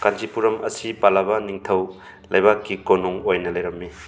ꯀꯥꯟꯆꯤꯄꯨꯔꯝ ꯑꯁꯤ ꯄꯥꯜꯂꯕ ꯅꯤꯡꯊꯧ ꯂꯩꯕꯛꯀꯤ ꯀꯣꯅꯨꯡ ꯑꯣꯏꯅ ꯂꯩꯔꯝꯃꯤ